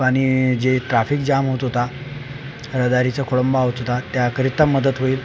आणि जे traffic jam होत होता रहदारीचा खोळंबा होत होता त्याकरिता मदत होईल